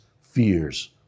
fears